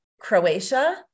Croatia